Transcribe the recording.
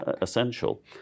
essential